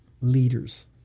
leaders